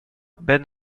ben